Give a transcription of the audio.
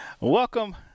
Welcome